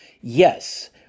yes